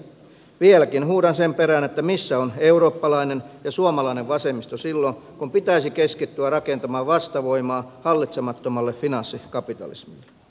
vieläkin huudan sen perään missä on eurooppalainen ja suomalainen vasemmisto silloin kun pitäisi keskittyä rakentamaan vastavoimaa hallitsemattomalle finanssikapitalismille